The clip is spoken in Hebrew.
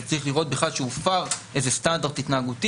אז צריך לראות בכלל שהופר איזה סטנדרט התנהגותי,